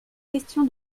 question